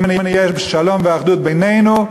ואם נהיה בשלום ואחדות בינינו,